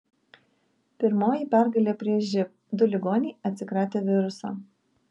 pirmoji pergalė prieš živ du ligoniai atsikratė viruso